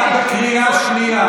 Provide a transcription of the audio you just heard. אתה בקריאה שנייה.